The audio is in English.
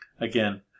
Again